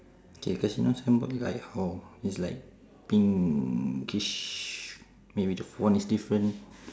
K casino signboard like how it's like pinkish maybe the font is different